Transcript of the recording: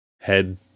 head